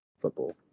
football